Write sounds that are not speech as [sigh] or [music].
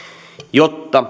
jotta [unintelligible]